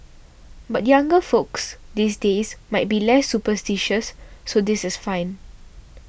but younger folks these days might be less superstitious so this is fine